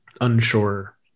unsure